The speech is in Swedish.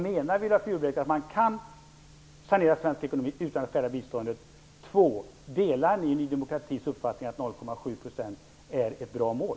Menar Viola Furubjelke att man kan sanera svensk ekonomi utan att skära i biståndet? Delar ni Ny demokratis uppfattning att 0,7 % är ett bra mål?